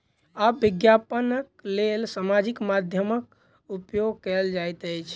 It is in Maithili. आब विज्ञापनक लेल सामाजिक माध्यमक उपयोग कयल जाइत अछि